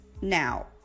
Now